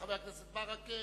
חבר הכנסת ברכה,